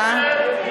ההצעה להסיר מסדר-היום